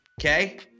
Okay